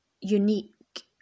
unique